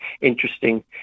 interesting